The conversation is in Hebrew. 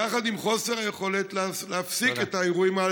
יחד עם חוסר יכולת להפסיק את האירועים.